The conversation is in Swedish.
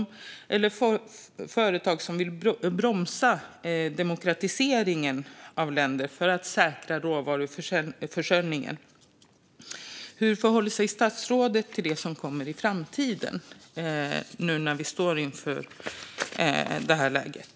Vi kommer också att se företag som vill bromsa demokratiseringen av länder för att säkra råvaruförsörjningen. Hur förhåller sig statsrådet till det som kommer i framtiden nu när vi står inför det här läget?